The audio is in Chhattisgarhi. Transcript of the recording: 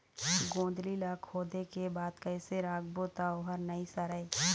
गोंदली ला खोदे के बाद कइसे राखबो त ओहर नई सरे?